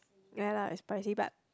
ya lah it's spicy but